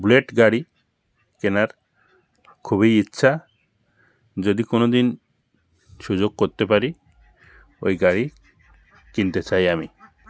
bullet গাড়ি কেনার খুবই ইচ্ছা যদি কোনো দিন সুযোগ করতে পারি ওই গাড়ি কিনতে চাই আমি